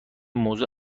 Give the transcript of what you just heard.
موضوع